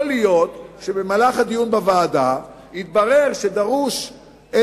יכול להיות שבמהלך הדיון בוועדה יתברר שדרושה